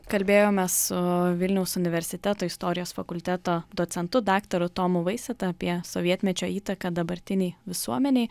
kalbėjomės su vilniaus universiteto istorijos fakulteto docentu daktaru tomu vaiseta apie sovietmečio įtaką dabartinei visuomenei